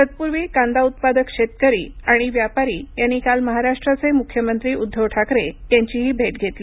तत्पूर्वी कांदा उत्पादक शेतकरी आणि व्यापारी यांनी काल महाराष्ट्राचे मुख्यमंत्री उद्धव ठाकरे यांचीही भेट घेतली